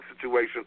situation